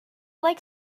like